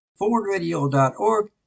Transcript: forwardradio.org